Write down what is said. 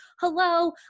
hello